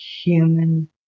human